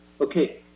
okay